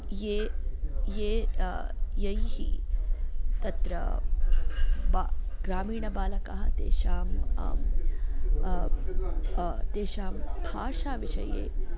ये ये यैः तत्र ब ग्रामीणबालकः तेषां तेषां भाषाविषये